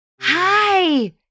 Hi